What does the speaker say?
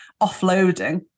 offloading